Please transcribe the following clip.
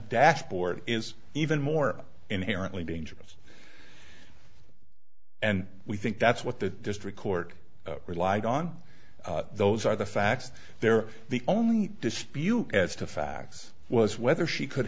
dashboard is even more inherently dangerous and we think that's what the district court relied on those are the facts they're the only dispute as to facts was whether she could